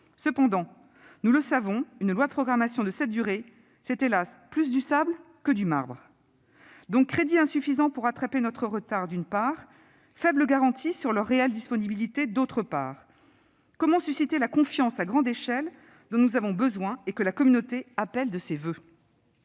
Cependant- nous le savons -, une loi de programmation de cette durée, c'est hélas ! plus du sable que du marbre. Je résume : crédits insuffisants pour rattraper notre retard, d'une part, faible garantie sur leur réelle disponibilité, d'autre part. Comment susciter la confiance à grande échelle dont nous avons besoin et que la communauté appelle de ses voeux ?